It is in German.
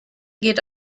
geht